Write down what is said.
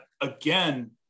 again